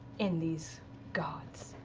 in these gods.